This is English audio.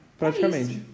praticamente